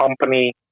company